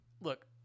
Look